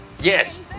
Yes